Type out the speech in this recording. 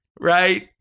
right